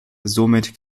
somit